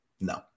No